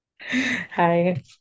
hi